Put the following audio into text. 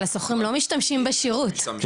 אבל השוכרים לא משתמשים בשכירות,